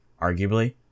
arguably